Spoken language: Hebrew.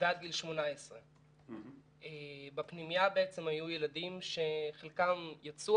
עד גיל 18. בפנימייה היו ילדים שחלקם יצאו